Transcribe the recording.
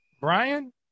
Brian